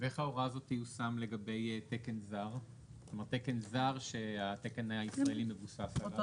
ואיך ההוראה הזאת תיושם לגבי תקן זר שהתקן הישראלי מבוסס עליו?